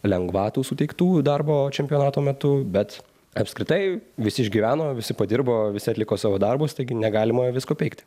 lengvatų suteiktų darbo čempionato metu bet apskritai visi išgyveno visi padirbo visi atliko savo darbus taigi negalima visko peikti